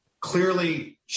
Clearly